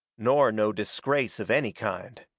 nor no disgrace of any kind.